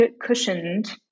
cushioned